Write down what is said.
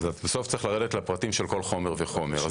בסוף צריך לרדת לפרטים של כל חומר וחומר.